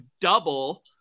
double